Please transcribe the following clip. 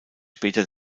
später